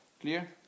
Clear